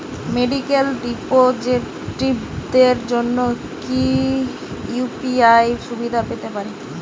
Medical রিপ্রেজন্টেটিভদের জন্য কি ইউ.পি.আই সুবিধা পেতে পারে?